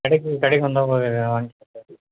கடைக்கு கடைக்கு வந்தால் போதும் சார் வாய்ங்கலாம் சார்